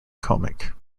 comic